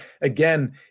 again